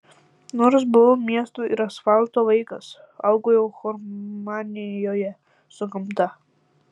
nors buvau miesto ir asfalto vaikas augau harmonijoje su gamta